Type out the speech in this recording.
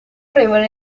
revela